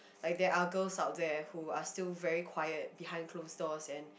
like there are girls out there who are still very quiet behind closed doors and